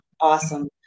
awesome